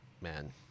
Man